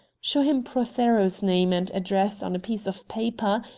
show him prothero's name and address on a piece of paper,